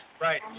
Right